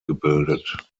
gebildet